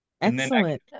excellent